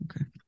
okay